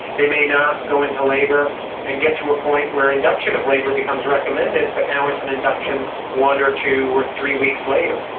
they may not go into labour and get to a point where induction of labour becomes recommended but now it's an induction one or two or three weeks later.